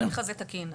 אם ההליך הזה תקין.